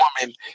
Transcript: woman